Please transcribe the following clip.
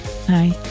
Hi